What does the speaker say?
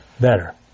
better